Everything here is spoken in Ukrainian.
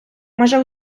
майже